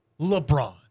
LeBron